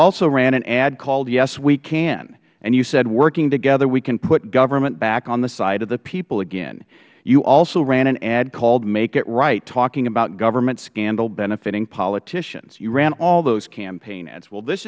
also ran an ad called yes we can and you said working together we can put government back on the side of the people again you also ran an ad called make it right talking about scandal benefitting politicians you ran all those campaign ads well this